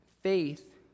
faith